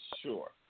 sure